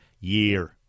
year